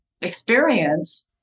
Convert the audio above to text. experience